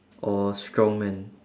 or strongmen